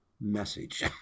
message